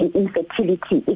infertility